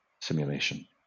simulation